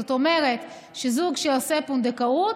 זאת אומרת, זוג שעושה פונדקאות,